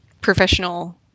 professional